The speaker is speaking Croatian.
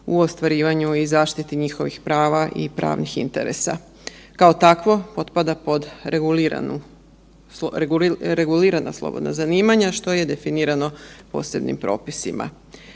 u ostvarivanju i zaštiti njihovih prava i pravnih interesa. Kao takvo, potpada pod regulirana slobodna zanimanja, što je regulirano posebnim propisima.